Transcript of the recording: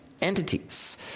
entities